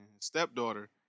stepdaughter